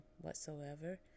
whatsoever